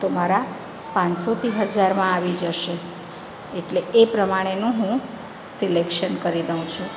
તો મારા પાંચસોથી હજારમાં આવી જશે એટલે એ પ્રમાણેનું હું સિલેક્શન કરી દઉં છું